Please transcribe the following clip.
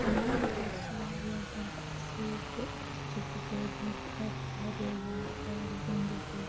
میٛٲنۍ دوست چھِ واریاہ زیادٕ اصۭل تہٕ اسہِ چھِ گُزٲرمٕژ اَکھ واریاہ یادگار زِندگی